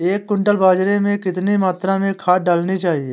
एक क्विंटल बाजरे में कितनी मात्रा में खाद डालनी चाहिए?